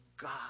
God